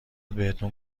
بهتون